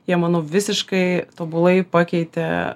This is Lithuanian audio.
jie manau visiškai tobulai pakeitė